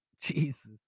Jesus